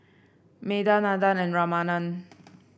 Medha Nandan and Ramanand